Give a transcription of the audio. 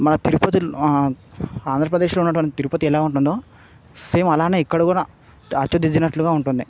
మా తిరుపతి ఆంధ్రప్రదేశ్లో ఉన్నటువంటి తిరుపతి ఎలా ఉంటుందో సేమ్ అలానే ఇక్కడ కూడా అచ్చుదిద్దినట్లుగా ఉంటుంది